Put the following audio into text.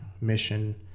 mission